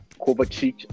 Kovacic